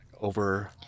Over